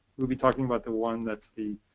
we'll be talking about the one that's the